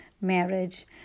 marriage